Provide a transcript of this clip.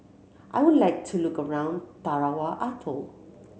I would like to look around Tarawa Atoll